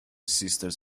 sisters